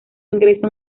ingresa